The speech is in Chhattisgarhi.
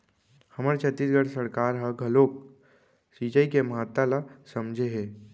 हमर छत्तीसगढ़ सरकार ह घलोक सिचई के महत्ता ल समझे हे